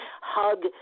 hug